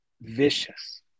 vicious